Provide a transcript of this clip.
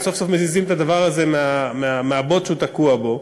סוף-סוף מזיזים את הדבר הזה מהבוץ שהוא תקוע בו,